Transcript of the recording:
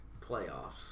playoffs